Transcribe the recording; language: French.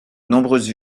nombreuses